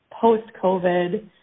post-COVID